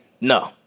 No